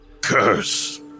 curse